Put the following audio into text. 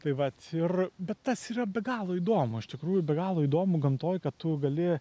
tai vat ir bet tas yra be galo įdomu iš tikrųjų be galo įdomu gamtoj kad tu gali